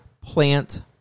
plant